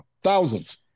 Thousands